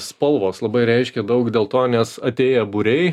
spalvos labai reiškia daug dėl to nes atėję būriai